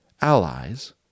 allies